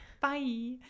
Bye